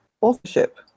authorship